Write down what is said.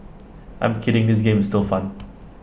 I'm kidding this game is still fun